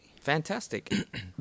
Fantastic